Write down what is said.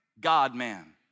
God-man